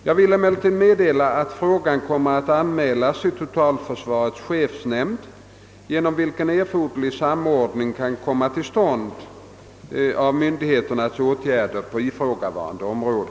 Jag vill emellertid meddela, att frågan kommer att anmälas i totalförsvarets chefsnämnd genom vilken erforderlig samordning kan komma till stånd av myndigheternas åtgärder på ifrågavarande område.